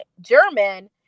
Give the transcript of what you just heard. German